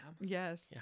Yes